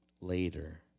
later